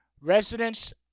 Residents